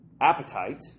Appetite